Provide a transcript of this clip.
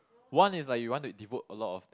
one is like you want to devote a lot of